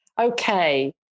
Okay